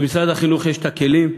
במשרד החינוך יש הכלים,